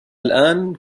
الآن